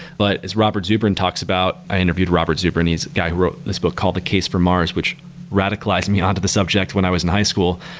but as robert zubrin talks about i interviewed robert zubrin, this guy who wrote this book called the case for mars, which radicalized me on to the subject when i was in high school.